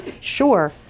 sure